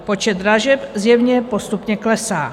Počet dražeb zjevně postupně klesá.